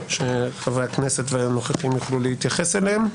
שחברי הכנסת והנוכחים יוכלו להתייחס אליהן?